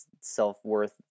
self-worth